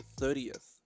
30th